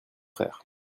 frère